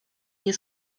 nie